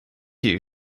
you